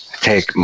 take